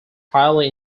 highly